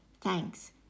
thanks